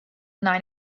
nine